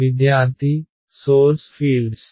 విద్యార్థి source fields